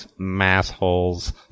massholes